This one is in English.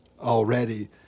already